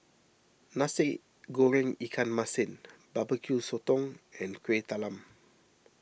Nasi Goreng Ikan Masin Barbeque Sotong and Kueh Talam